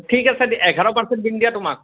ঠিক আছে দি এঘাৰ পাৰ্চেন্ট দিম দিয়া তোমাক